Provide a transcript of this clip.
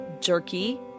jerky